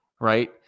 Right